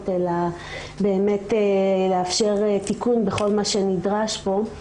אלא באמת לאפשר תיקון בכל מה שנדרש פה.